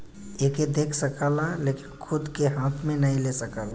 एके देख सकला लेकिन खूद के हाथ मे नाही ले सकला